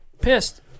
pissed